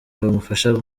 bamufasha